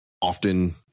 often